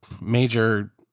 major